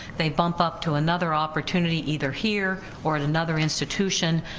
they bump up to another opportunity, either here or in another institution,